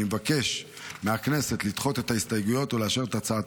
אני מבקש מהכנסת לדחות את ההסתייגויות ולאשר את הצעת